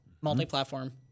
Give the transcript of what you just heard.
Multi-platform